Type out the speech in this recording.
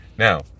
Now